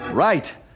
Right